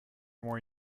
more